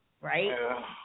right